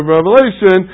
Revelation